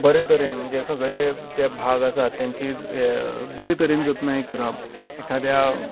बरे तरेन म्हणजे सगळे जे भाग आसात तेची बरेतरेन जतनाय करप एकाद्या